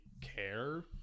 care